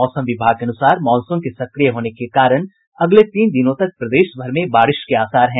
मौसम विभाग के अनुसार मॉनसून के सक्रिय होने के कारण अगले तीन दिनों तक प्रदेश भर में बारिश के आसार है